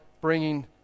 bringing